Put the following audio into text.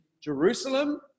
Jerusalem